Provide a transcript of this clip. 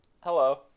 Hello